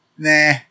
Nah